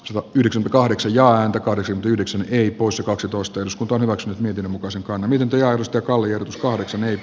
sivu yhdeksän kahdeksan ja antakaa nyt yhdeksän eri poissa kaksitoista s pony wax myöten mukaisen kannan ydintä ja mustakallio paheksuneet